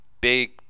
Big